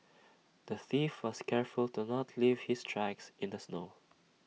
the thief was careful to not leave his tracks in the snow